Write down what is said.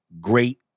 great